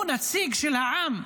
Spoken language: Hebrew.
הוא נציג של העם,